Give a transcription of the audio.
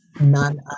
None